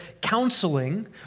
counseling